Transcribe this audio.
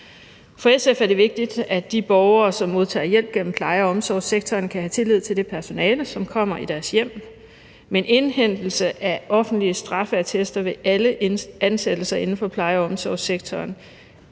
For SF er det vigtigt, at de borgere, som modtager hjælp gennem pleje- og omsorgssektoren, kan have tillid til det personale, som kommer i deres hjem, men indhentelse af offentlige straffeattester ved alle ansættelser inden for pleje- og omsorgssektoren